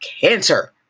cancer